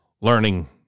learning